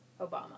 Obama